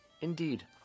Indeed